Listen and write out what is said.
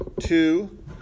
Two